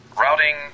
routing